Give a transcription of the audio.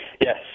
Yes